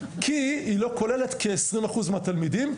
כי היא לא כוללת כ-20% מהתלמידים.